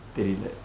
தெரியில்ல:theryilla